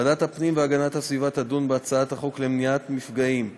ועדת הפנים והגנת הסביבה תדון בהצעת החוק למניעת מפגעים (תיקון,